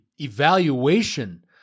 evaluation